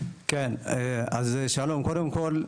קודם כל,